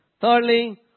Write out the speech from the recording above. Thirdly